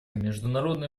международные